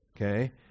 Okay